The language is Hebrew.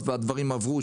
והדברים עברו,